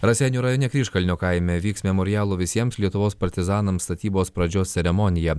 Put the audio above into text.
raseinių rajone kryžkalnio kaime vyks memorialo visiems lietuvos partizanams statybos pradžios ceremonija